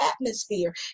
atmosphere